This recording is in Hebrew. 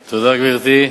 גברתי,